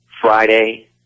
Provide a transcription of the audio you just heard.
Friday